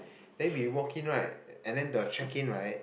then we walked in right and the check in right